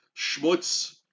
schmutz